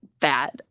bad